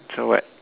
so what